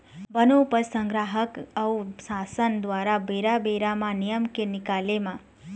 बनोपज संग्राहक अऊ सासन दुवारा बेरा बेरा म नियम के निकाले म